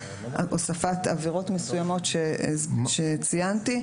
הוספת עבירות מסוימות שציינתי.